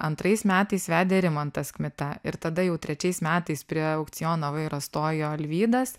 antrais metais vedė rimantas kmita ir tada jau trečiais metais prie aukciono vairo stojo alvydas